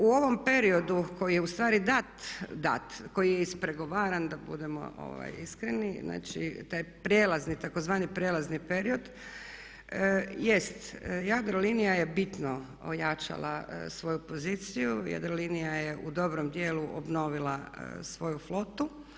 U ovom periodu koji je ustvari dat, dat, koji je ispregovaran da budemo iskreni, znači taj prijelazni, tzv. prijelazni period jest, Jadrolinija je bitno ojačala svoju poziciju, Jadrolinija je u dobrom dijelu obnovila svoju flotu.